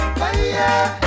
fire